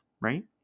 right